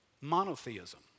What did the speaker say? monotheism